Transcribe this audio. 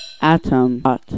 atom